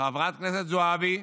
חברת הכנסת זועבי,